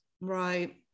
Right